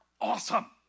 awesome